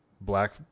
black